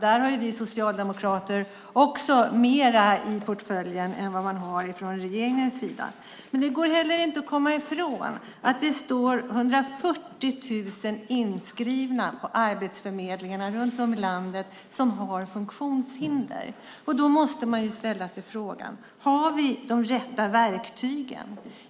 Där har ju vi socialdemokrater mer i portföljen än vad man har från regeringens sida. Men det går heller inte att komma ifrån att det är 140 000 inskrivna på arbetsförmedlingarna runt om i landet som har funktionshinder. Då måste man ställa sig frågan: Har vi de rätta verktygen?